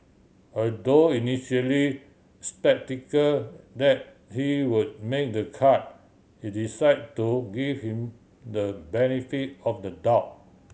although initially sceptical that he would make the cut he decide to give him the benefit of the doubt